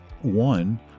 One